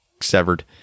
severed